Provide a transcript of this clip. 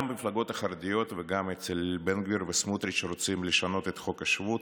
גם המפלגות החרדיות וגם בן גביר וסמוטריץ' רוצים לשנות את חוק השבות,